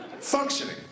Functioning